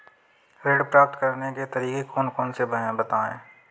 ऋण प्राप्त करने के तरीके कौन कौन से हैं बताएँ?